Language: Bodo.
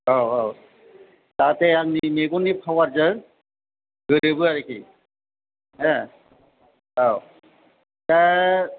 औ औ दा बे आंनि मेगननि पावारजों गोरोबो आरोखि हो औ दा